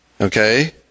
Okay